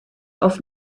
auf